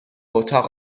اتاق